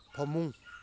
ꯐꯃꯨꯡ